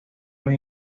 los